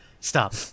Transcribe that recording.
Stop